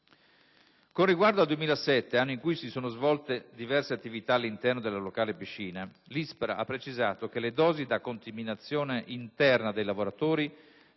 Con riguardo al 2007, anno in cui si sono svolte diverse attività all'interno del locale piscina, l'ISPRA ha precisato che le dosi da contaminazione interna dei lavoratori